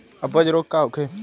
अपच रोग का होखे?